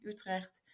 Utrecht